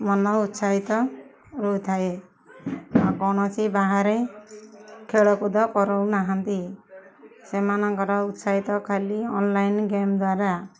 ମନ ଉତ୍ସାହିତ ରହିଥାଏ ଆଉ କୌଣସି ବାହାରେ ଖେଳକୁଦ କରଉନାହାନ୍ତି ସେମାନଙ୍କର ଉତ୍ସାହିତ ଖାଲି ଅନଲାଇନ୍ ଗେମ୍ ଦ୍ୱାରା